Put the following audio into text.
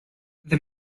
the